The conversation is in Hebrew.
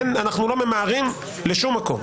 אנחנו לא ממהרים לשום מקום.